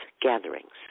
gatherings